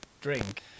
drink